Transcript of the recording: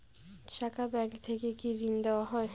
শাখা ব্যাংক থেকে কি ঋণ দেওয়া হয়?